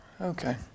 Okay